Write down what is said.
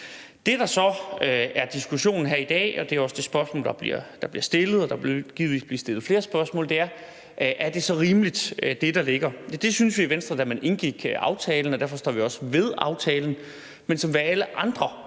Det, der så er diskussionen her i dag, og det er også det spørgsmål, der bliver stillet – der vil givetvis blive stillet flere spørgsmål – er, om det, der ligger, er rimeligt. Det syntes vi i Venstre, da vi indgik aftalen, og derfor står vi også ved aftalen, men som ved alle andre